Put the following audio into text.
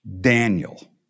Daniel